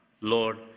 Lord